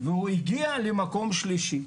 והוא הגיע למקום שלישי.